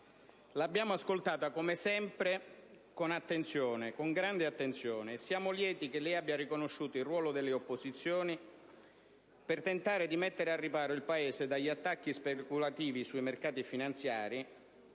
l'abbiamo ascoltata come sempre con grande attenzione e siamo lieti che lei abbia riconosciuto il ruolo delle opposizioni per tentare di mettere al riparo il Paese dagli attacchi speculativi sui mercati finanziari